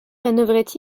manœuvrait